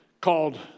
called